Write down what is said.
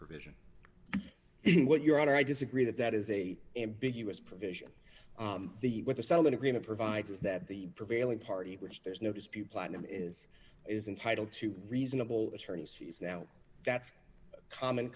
provision is what your honor i disagree that that is a ambiguous provision the what the settlement agreement provides is that the prevailing party which there's no dispute platinum is is entitle to reasonable attorneys fees now that's common